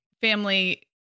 family